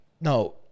No